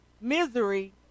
Misery